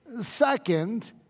second